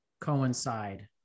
coincide